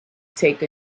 take